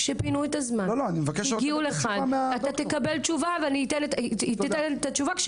היא תיתן תשובה.